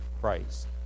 Christ